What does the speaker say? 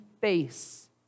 face